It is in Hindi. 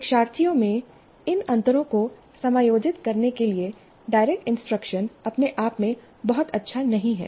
शिक्षार्थियों में इन अंतरों को समायोजित करने के लिए डायरेक्ट इंस्ट्रक्शन अपने आप में बहुत अच्छा नहीं है